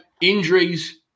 Injuries